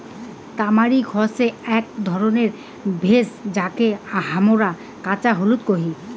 তামারিক হসে আক ধরণের ভেষজ যাকে হামরা কাঁচা হলুদ কোহি